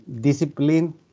discipline